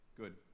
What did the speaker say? good